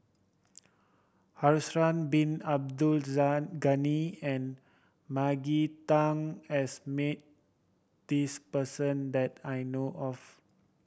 Bin Abdul Ghani and Maggie Teng has met this person that I know of